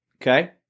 Okay